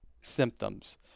symptoms